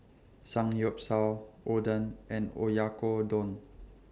Samgyeopsal Oden and Oyakodon